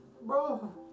Bro